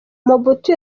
mobutu